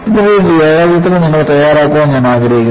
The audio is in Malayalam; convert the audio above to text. ഇതിന്റെ ഒരു രേഖാചിത്രം നിങ്ങൾ തയ്യാറാക്കാൻ ഞാൻ ആഗ്രഹിക്കുന്നു